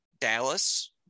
Dallas